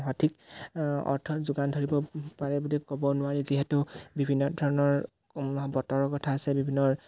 সঠিক অৰ্থৰ যোগান ধৰিব পাৰে বুলি ক'ব নোৱাৰি যিহেতু বিভিন্ন ধৰণৰ বতৰৰ কথা আছে বিভিন্ন